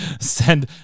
Send